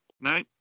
No